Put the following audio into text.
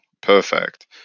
perfect